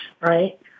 right